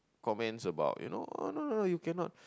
comments about you know oh no no no you cannot